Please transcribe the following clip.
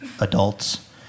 adults